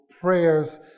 prayers